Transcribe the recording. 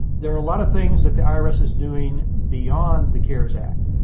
there are a lot of things that the irs is doing beyond the cares act.